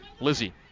Lizzie